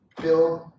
Build